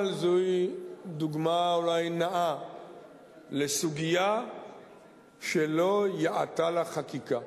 אבל זוהי דוגמה לסוגיה שלא יאתה לה חקיקה.